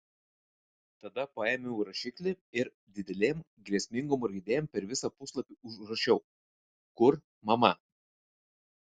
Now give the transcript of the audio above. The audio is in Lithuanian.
tada paėmiau rašiklį ir didelėm grėsmingom raidėm per visą puslapį užrašiau kur mama